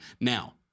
Now